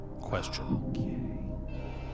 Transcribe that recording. question